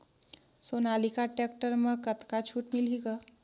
Sonalika tractor म कतका छूट मिलही ग?